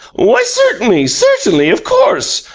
why, certainly, certainly, of course.